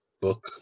book